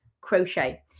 crochet